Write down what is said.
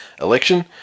election